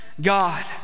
God